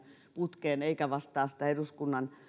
putkeen eikä vastaa sitä eduskunnan